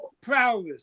prowess